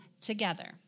together